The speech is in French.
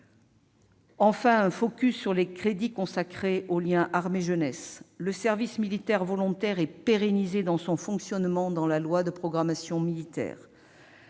Enfin, un effort est fait sur les crédits consacrés au lien entre les armées et la jeunesse. Le service militaire volontaire est pérennisé dans son fonctionnement dans la loi de programmation militaire.